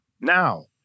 Now